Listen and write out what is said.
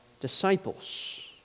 disciples